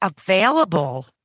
available